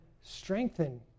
strengthen